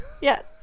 Yes